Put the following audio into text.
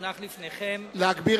המונח לפניכם, להגביר